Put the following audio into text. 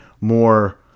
more